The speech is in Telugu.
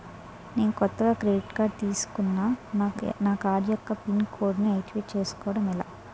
నేను కొత్తగా క్రెడిట్ కార్డ్ తిస్కున్నా నా కార్డ్ యెక్క పిన్ కోడ్ ను ఆక్టివేట్ చేసుకోవటం ఎలా?